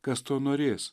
kas to norės